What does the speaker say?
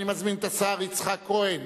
אני מזמין את השר יצחק כהן